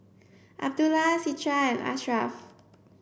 Abdullah Citra and Ashraff